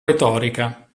retorica